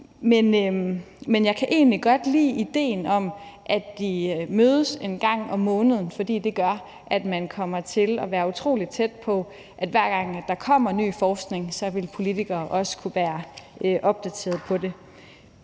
men jeg kan egentlig godt lide idéen om, at de mødes en gang om måneden, for det gør, at man kommer til at være utrolig tæt på, og at politikere, hver gang der kommer ny forskning, også vil kunne være opdateret på den.